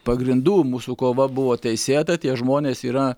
pagrindų mūsų kova buvo teisėta tie žmonės yra